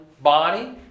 body